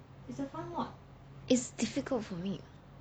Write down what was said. it's difficult for me